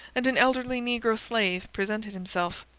and an elderly negro slave presented himself.